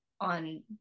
on